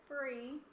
free